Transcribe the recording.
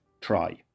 try